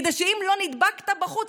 כדי שאם לא נדבקת בחוץ,